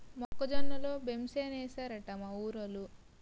మొక్క జొన్న లో బెంసేనేశారట మా ఊరోలు